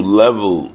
level